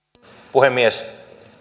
puhemies